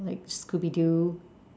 like scooby doo